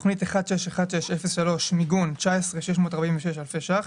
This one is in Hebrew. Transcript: תוכנית 1616-03 מיגון: 19,646 אלפי שקלים.